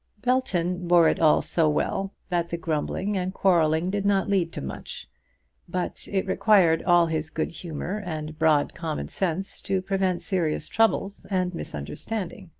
belton bore it all so well that the grumbling and quarrelling did not lead to much but it required all his good-humour and broad common sense to prevent serious troubles and misunderstanding.